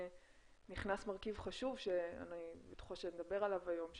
נכנס מרכיב חשוב שאני בטוחה שנדבר עליו היום,